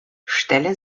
stellen